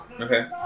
Okay